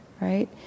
right